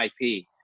IP